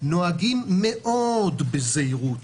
נוהגים מאוד בזהירות